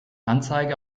anzeige